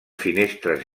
finestres